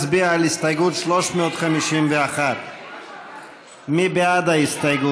אנחנו עוברים להצביע על הסתייגות 351. מי בעד ההסתייגות?